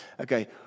Okay